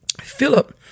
Philip